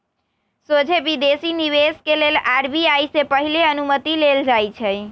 सोझे विदेशी निवेश के लेल आर.बी.आई से पहिले अनुमति लेल जाइ छइ